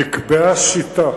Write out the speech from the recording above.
נקבעה שיטה